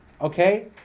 okay